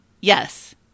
Yes